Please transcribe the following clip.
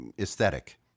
aesthetic